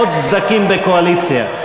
עוד סדקים בקואליציה.